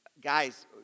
guys